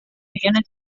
millones